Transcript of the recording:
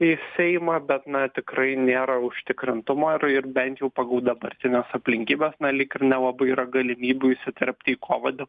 į seimą bet na tikrai nėra užtikrintumo ir ir bent jau pagal dabartines aplinkybes na lyg ir nelabai yra galimybių įsiterpti į kovą